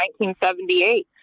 1978